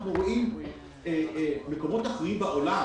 אנחנו רואים מקומות אחרים בעולם.